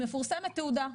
מפורסמת תעודה,